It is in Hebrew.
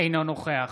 אינו נוכח